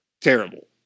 terrible